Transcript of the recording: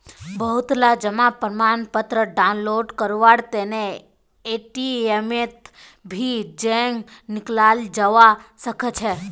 बहुतला जमा प्रमाणपत्र डाउनलोड करवार तने एटीएमत भी जयं निकलाल जवा सकछे